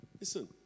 Listen